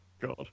God